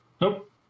Nope